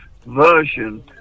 version